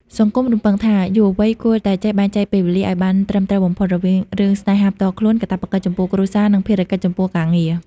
សង្គមរំពឹងថា យុវវ័យគួរតែចេះបែងចែកពេលវេលាឱ្យបានត្រឹមត្រូវបំផុត រវាងរឿងស្នេហាផ្ទាល់ខ្លួន កាតព្វកិច្ចចំពោះគ្រួសារ និងភារកិច្ចចំពោះការងារ។